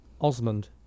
Osmond